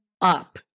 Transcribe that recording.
up